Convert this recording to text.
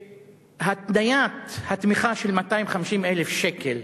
שהתניית התמיכה של 250,000 שקלים